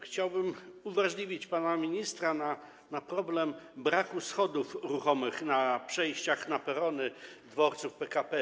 Chciałbym uwrażliwić pana ministra na problem braku schodów ruchomych w przejściach na perony na dworcach PKP.